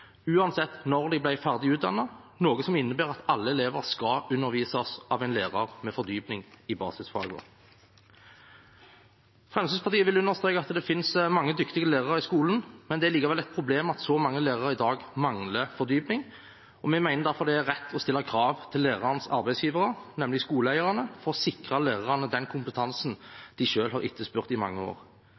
uansett når de ble ferdig utdannet, noe som innebærer at alle elever skal undervises av en lærer med fordypning i basisfagene. Fremskrittspartiet vil understreke at det finnes mange dyktige lærere i skolen, men det er likevel et problem at så mange lærere i dag mangler fordypning, og vi mener derfor det er rett å stille krav til lærernes arbeidsgivere, nemlig skoleeierne, for å sikre lærerne den kompetansen de selv har etterspurt i mange år.